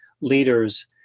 leaders